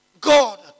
God